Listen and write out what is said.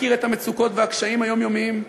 מכיר את המצוקות והקשיים היומיומיים.